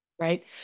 right